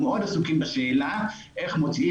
אנחנו מאוד עסוקים בשאלה איך מוצאים